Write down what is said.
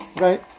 right